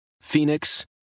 Phoenix